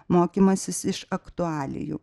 mokymasis iš aktualijų